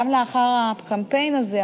גם לאחר הקמפיין הזה,